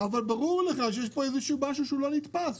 אבל ברור לך שיש פה משהו לא נתפס.